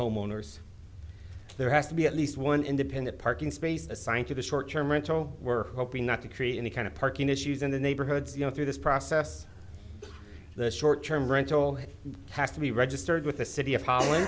homeowners there has to be at least one independent parking space assigned to the short term rental we're hoping not to create any kind of parking issues in the neighborhoods you know through this process the short term rental has to be registered with the city of holl